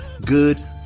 Good